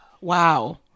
Wow